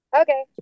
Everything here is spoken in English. okay